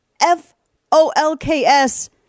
F-O-L-K-S